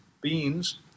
beans